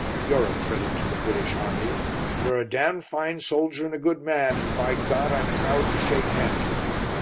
you're a credit to the british army you're a damned fine soldier and a good man, and, by god! i'm proud to shake hands with you.